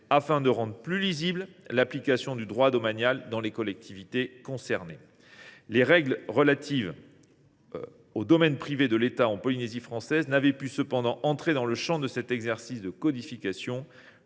afin de rendre plus lisible l’application du droit domanial dans les collectivités concernées. Les règles relatives au domaine privé de l’État en Polynésie française n’ont cependant pas pu entrer dans le champ de cet exercice de codification,